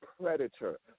Predator